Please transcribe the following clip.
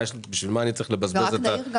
בשביל מה אני צריך לבזבז את הזמן של